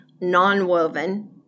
non-woven